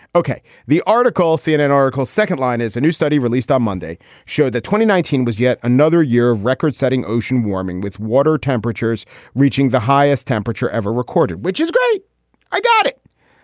ok the article, cnn article second line is a new study released on monday showed that twenty nineteen was yet another year of record setting ocean warming with water temperatures reaching the highest temperature ever recorded, which is great i got it.